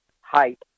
height